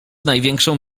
największą